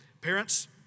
Parents